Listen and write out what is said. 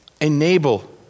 enable